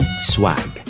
Swag